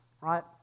right